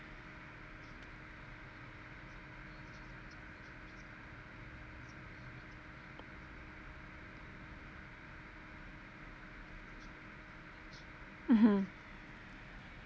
mmhmm